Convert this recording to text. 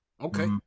Okay